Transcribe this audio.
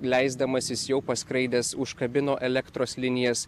leisdamasis jau paskraidęs užkabino elektros linijas